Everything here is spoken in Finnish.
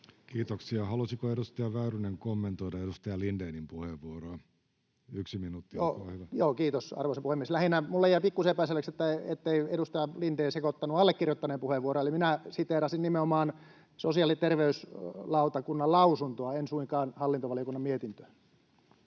Kiitoksia. — Halusiko edustaja Väyrynen kommentoida edustaja Lindénin puheenvuoroa? — Yksi minuutti, olkaa hyvä. Joo, kiitos, arvoisa puhemies! Lähinnä minulle jäi pikkusen epäselväksi, ettei edustaja Lindén sekoittanut allekirjoittaneen puheenvuoroa. Eli minä siteerasin nimenomaan sosiaali- ja terveysvaliokunnan lausuntoa, en suinkaan hallintovaliokunnan mietintöä.